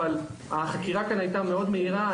אבל החקירה כאן הייתה מאוד מהירה.